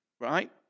right